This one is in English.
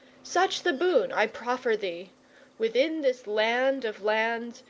such the boon i proffer thee within this land of lands,